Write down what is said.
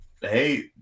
hey